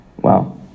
Wow